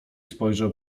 spojrzał